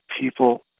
people